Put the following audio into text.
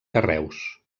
carreus